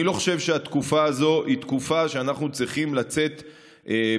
אני לא חושב שהתקופה הזו היא תקופה שבה אנחנו צריכים לצאת בהאשמות.